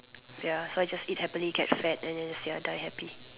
so ya so I just eat happily get fat and then this ya die happy